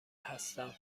هستم